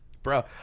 Bro